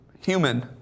human